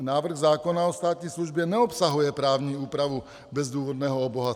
Návrh zákona o státní službě neobsahuje právní úpravu bezdůvodného obohacení.